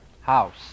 house